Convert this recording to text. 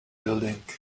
building